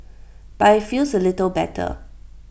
but IT feels A little better